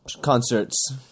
concerts